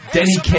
Denny